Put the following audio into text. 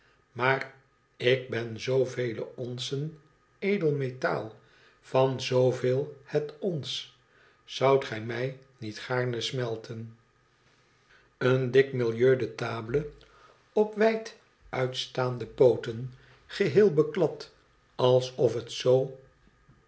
maar ik ben zoovele onsen edel metaal van zooveel het ons zoudtgij mij niet gaarne smelten een dik milieu de table op wijd uitstaande pooten geheel beklad alsof het z